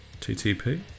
TTP